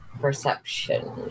perception